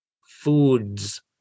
foods